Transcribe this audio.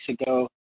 ago